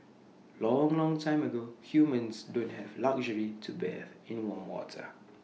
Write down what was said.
long long time ago humans don't have the luxury to bathe in warm water